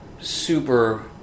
super